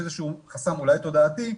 אולי תודעתי,